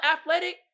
athletic